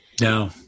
no